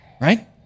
right